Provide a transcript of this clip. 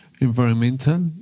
environmental